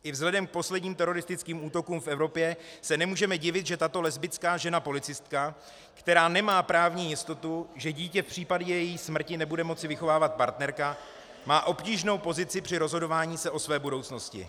I vzhledem k posledním teroristickým útokům v Evropě se nemůžeme divit, že tato lesbická žena policistka, která nemá právní jistotu, že dítě v případě její smrti bude moci vychovávat partnerka, má obtížnou pozici při rozhodování o své budoucnosti.